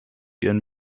ihren